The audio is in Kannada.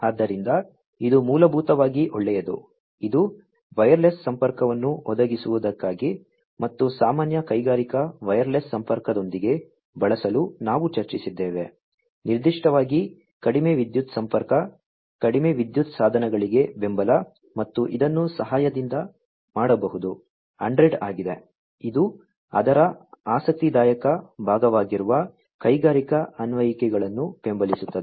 ಆದ್ದರಿಂದ ಇದು ಮೂಲಭೂತವಾಗಿ ಒಳ್ಳೆಯದು ಇದು ವೈರ್ಲೆಸ್ ಸಂಪರ್ಕವನ್ನು ಒದಗಿಸುವುದಕ್ಕಾಗಿ ಮತ್ತು ಸಾಮಾನ್ಯ ಕೈಗಾರಿಕಾ ವೈರ್ಲೆಸ್ ಸಂಪರ್ಕದೊಂದಿಗೆ ಬಳಸಲು ನಾವು ಚರ್ಚಿಸಿದ್ದೇವೆ ನಿರ್ದಿಷ್ಟವಾಗಿ ಕಡಿಮೆ ವಿದ್ಯುತ್ ಸಂಪರ್ಕ ಕಡಿಮೆ ವಿದ್ಯುತ್ ಸಾಧನಗಳಿಗೆ ಬೆಂಬಲ ಮತ್ತು ಇದನ್ನು ಸಹಾಯದಿಂದ ಮಾಡಬಹುದು 100 ಆಗಿದೆ ಇದು ಅದರ ಆಸಕ್ತಿದಾಯಕ ಭಾಗವಾಗಿರುವ ಕೈಗಾರಿಕಾ ಅನ್ವಯಿಕೆಗಳನ್ನು ಬೆಂಬಲಿಸುತ್ತದೆ